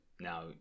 Now